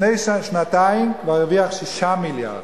לפני שנתיים כבר הרוויח 6 מיליארד.